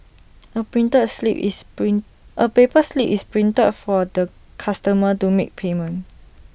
A printer A slip is print A paper slip is printed for the customer to make payment